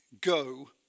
go